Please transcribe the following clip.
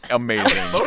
amazing